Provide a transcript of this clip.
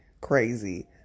crazy